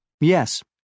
Yes